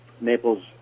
Naples